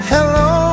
Hello